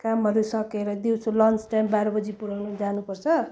कामहरू सकेर दिउँसो लन्च टाइम बाह्र बजी पुऱ्याउनु जानुपर्छ